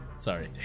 Sorry